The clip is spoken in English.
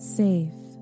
safe